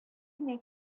кенә